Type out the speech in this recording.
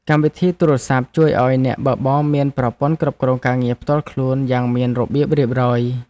កម្មវិធីទូរសព្ទជួយឱ្យអ្នកបើកបរមានប្រព័ន្ធគ្រប់គ្រងការងារផ្ទាល់ខ្លួនយ៉ាងមានរបៀបរៀបរយ។